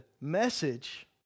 message